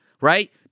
right